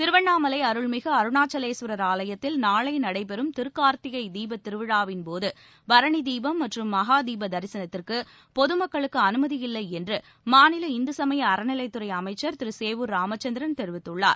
திருவண்ணாமலை அருள்மிகு அருணாசலேஸ்வரர் திருக்கார்த்திகை தீபத் திருவிழாவின் போது பரணி தீபம் மற்றும் மகா தீப தரிசனத்திற்கு பொது மக்களுக்கு அனுமதியில்லை என்று மாநில இந்து சமய அறநிலையத்துறை அமைச்சர் திரு சேவூர் ராமச்சந்திரன் தெரிவித்துள்ளார்